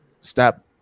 stop